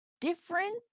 different